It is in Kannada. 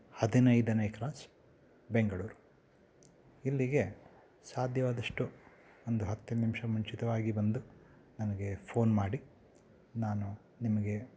ಹದಿನೈದನೇ ಕ್ರಾಸ್ ಬೆಂಗಳೂರು ಇಲ್ಲಿಗೆ ಸಾಧ್ಯವಾದಷ್ಟು ಒಂದು ಹತ್ತು ನಿಮಿಷ ಮುಂಚಿತವಾಗಿ ಬಂದು ನನಗೆ ಫೋನ್ ಮಾಡಿ ನಾನು ನಿಮಗೆ